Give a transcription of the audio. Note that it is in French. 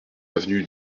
avenue